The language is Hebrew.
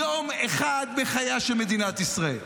יום אחד בחייה של מדינת ישראל.